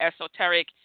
esoteric